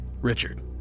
Richard